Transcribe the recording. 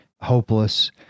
hopeless